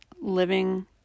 living